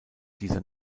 dieser